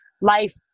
life